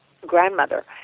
grandmother